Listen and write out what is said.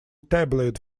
tabloid